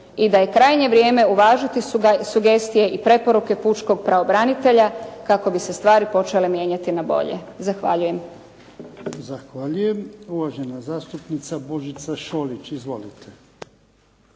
i da je krajnje vrijeme uvažiti sugestije i preporuke pučkog pravobranitelja kako bi se stvari počele mijenjati na bolje. Zahvaljujem. **Jarnjak, Ivan (HDZ)** Zahvaljujem. Uvažena zastupnica Božica Šolić. Izvolite.